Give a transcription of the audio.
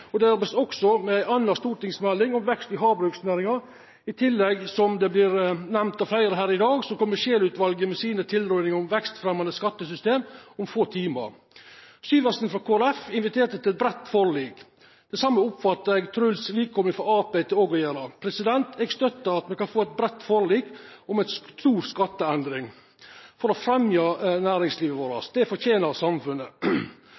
fisk. Det vert også arbeidd med ei anna stortingsmelding om vekst i havbruksnæringa. I tillegg, som det vart nemnt av fleire her i dag, kjem Scheel-utvalet om få timar med sine tilrådingar om eit vekstfremjande skattesystem. Representanten Syversen frå Kristeleg Folkeparti inviterte til eit breitt forlik, det same oppfattar eg at Truls Wickholm frå Arbeidarpartiet også gjer. Eg støttar det at me kan få eit breitt forlik om ei stor skatteendring for å fremja næringslivet vårt. Det fortener samfunnet.